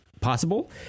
possible